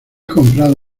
comprado